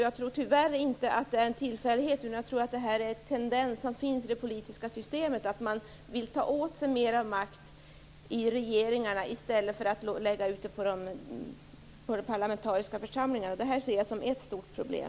Jag tror tyvärr inte att det är en tillfällighet, utan det är en tendens i det politiska systemet att man vill ta åt sig mer makt i regeringarna i stället för att lägga ut den på de parlamentariska församlingarna. Jag ser det som ett stort problem.